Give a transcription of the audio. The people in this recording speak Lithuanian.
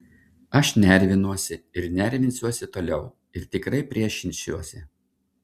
aš nervinuosi ir nervinsiuosi toliau ir tikrai priešinsiuosi